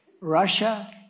Russia